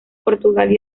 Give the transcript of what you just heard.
portugal